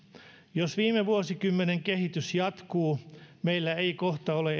jos viime vuosikymmenen kehitys jatkuu meillä ei kohta ole